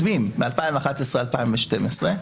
מ-2011 ו-2012,